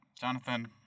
Jonathan